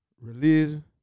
religion